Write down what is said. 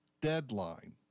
deadline